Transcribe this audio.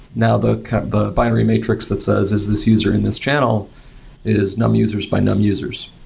now, the the binary matrix that says, is this user in this channel is num users by num users?